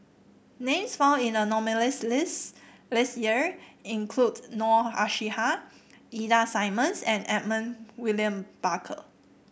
names found in the nominees' list this year include Noor Aishah Ida Simmons and Edmund William Barker